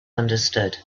understood